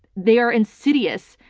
they are insidious,